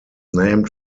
named